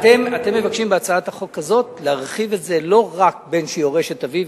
אתם מבקשים בהצעת החוק הזאת להרחיב את זה לא רק בן שיורש את אביו,